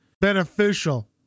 beneficial